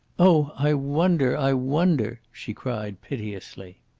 oh, i wonder! i wonder! she cried piteously.